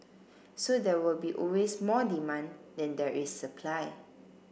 so there will be always more demand than there is supply